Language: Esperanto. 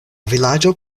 vilaĝo